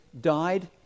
died